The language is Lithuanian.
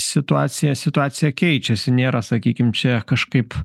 situacija situacija keičiasi nėra sakykim čia kažkaip